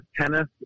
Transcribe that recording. tennis